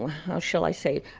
how shall i say,